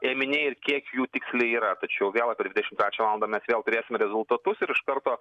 ėminiai ir kiek jų tiksliai yra tačiau vėl apie dvidešimt trečią valandą mes vėl turėsim rezultatus ir iš karto